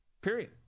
period